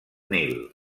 nil